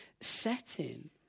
setting